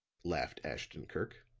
laughed ashton-kirk.